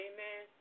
Amen